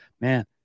man